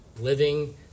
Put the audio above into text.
living